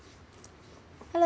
hello~